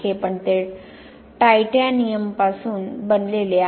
पण ते टायटॅनियमपासून बनलेले आहे